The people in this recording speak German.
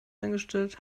eingestellt